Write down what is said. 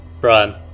Brian